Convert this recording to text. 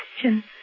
question